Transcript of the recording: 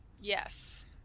Yes